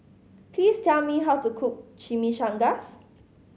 please tell me how to cook Chimichangas